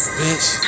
bitch